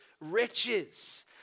riches